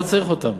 לא צריך אותן.